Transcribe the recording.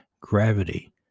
gravity